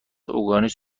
اقیانوس